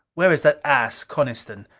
where is that ass, coniston?